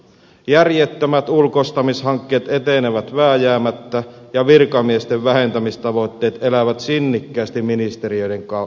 järjettömät ulkoistamishankkeet etenevät vääjäämättä ja virkamiesten vähentämistavoitteet elävät sinnikkäästi ministeriöiden käytävillä